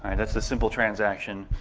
and that's the sample transaction,